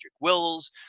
Wills